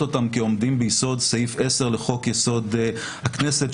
אותם כעומדים ביסוד סעיף 10 לחוק-יסוד: הכנסת,